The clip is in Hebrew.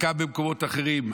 חלקם במקומות אחרים.